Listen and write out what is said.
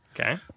Okay